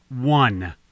one